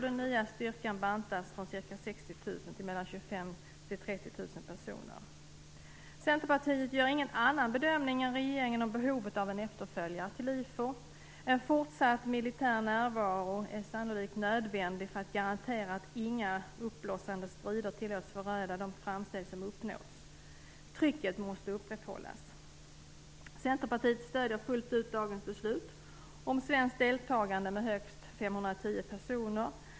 Den nya styrkan bantas från ca 60 000 till 25 000-30 000 personer. Centerpartiet gör ingen annan bedömning än regeringen om behovet av en efterföljare till IFOR. En fortsatt militär närvaro är sannolikt nödvändig för att garantera att inga uppblossande strider tillåts föröda de framsteg som uppnåtts. Trycket måste upprätthållas! Centerpartiet stöder fullt ut dagens beslut om svenskt deltagande med högst 510 personer.